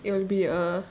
it will be a